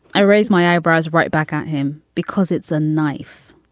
i raised my eyebrows right back at him because it's a knife.